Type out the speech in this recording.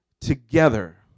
together